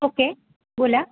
okay बोला